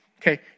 okay